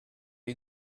you